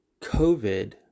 COVID